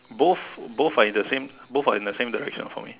both both are in the same both are in the same direction for me